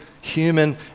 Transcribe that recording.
human